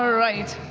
ah right.